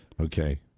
okay